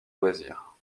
loisirs